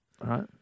right